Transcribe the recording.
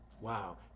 Wow